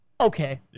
Okay